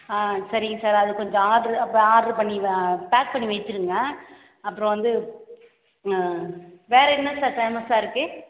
ஆ சரிங்க சார் அது கொஞ்சம் ஆட்ரு அப்போ ஆட்ரு பண்ணி பேக் பண்ணி வெச்சிருங்க அப்புறம் வந்து வேறு என்ன சார் ஃபேமஸாக இருக்குது